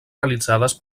realitzades